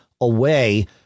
away